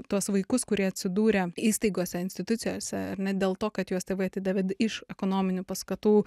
tuos vaikus kurie atsidūrė įstaigose institucijose ar ne dėl to kad juos tėvai atidavė iš ekonominių paskatų